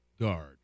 guard